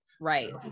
Right